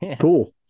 Cool